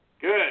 Good